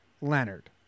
Leonard